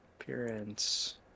Appearance